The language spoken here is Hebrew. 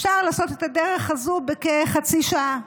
אפשר לעשות את הדרך הזו בכחצי שעה,